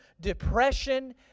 depression